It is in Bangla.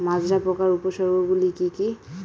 মাজরা পোকার উপসর্গগুলি কি কি?